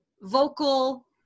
vocal